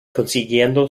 consiguiendo